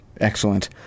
Excellent